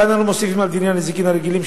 כאן אנו מוסיפים על דיני הנזיקין הרגילים,